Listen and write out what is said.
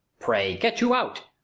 pray, get you out.